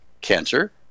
cancer